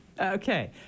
Okay